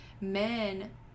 men